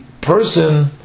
person